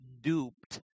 duped